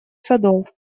садов